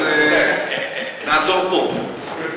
אז נעצור פה.